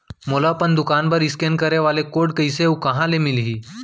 मोला अपन दुकान बर इसकेन करे वाले कोड कइसे अऊ कहाँ ले मिलही?